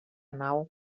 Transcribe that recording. nau